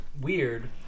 Weird